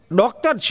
doctor